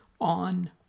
on